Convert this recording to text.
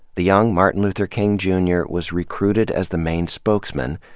the young martin luther king, jr. was recruited as the main spokesman,